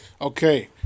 Okay